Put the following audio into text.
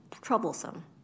troublesome